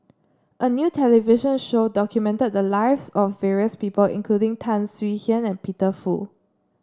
a new television show documented the lives of various people including Tan Swie Hian and Peter Fu